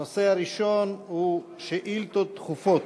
הנושא הראשון הוא שאילתות דחופות.